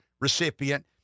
recipient